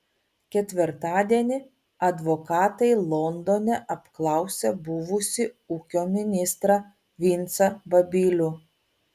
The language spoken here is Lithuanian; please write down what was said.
ketvirtadienį advokatai londone apklausė buvusį ūkio ministrą vincą babilių